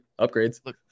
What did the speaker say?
Upgrades